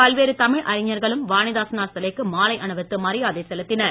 பல்வேறு தமிழ் அறிஞர்களும் வாணிதாசனார் சிலைக்கு மாலை அணிவித்து மரியாதை செலுத்தினர்